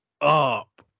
up